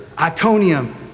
Iconium